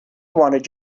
wanted